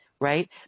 Right